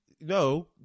no